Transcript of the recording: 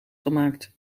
gemaakt